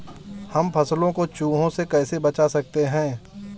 हम फसलों को चूहों से कैसे बचा सकते हैं?